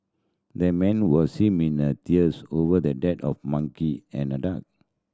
the man was seen mean a tears over the dead of monkey and a duck